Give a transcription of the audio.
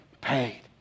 paid